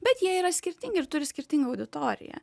bet jie yra skirtingi ir turi skirtingą auditoriją